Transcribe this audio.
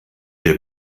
der